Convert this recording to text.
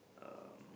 um